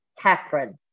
Catherine